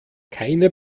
keine